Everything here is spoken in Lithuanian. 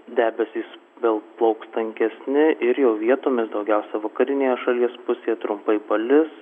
debesys vėl plauks tankesni ir jau vietomis daugiausia vakarinėje šalies pusėje trumpai palis